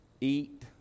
eat